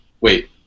wait